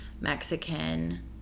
mexican